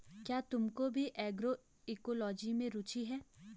क्या तुमको भी एग्रोइकोलॉजी में रुचि है?